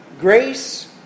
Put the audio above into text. grace